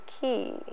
key